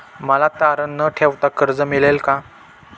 मला तारण न ठेवता कर्ज मिळेल का?